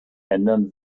ändern